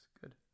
good